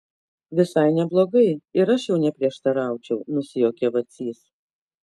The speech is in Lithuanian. visai neblogai ir aš jau neprieštaraučiau nusijuokė vacys